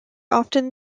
often